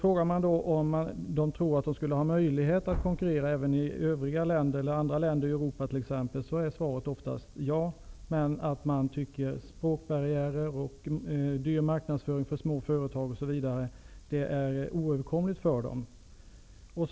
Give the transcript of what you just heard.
Frågar man dem om de tror att de skulle ha möjligheter att konkurrera t.ex. även i andra länder i Europa, är svaret oftast ja, men man tycker att språkbarriärer, dyr marknadsföring för småföretag osv. är oöverkomliga hinder för dem.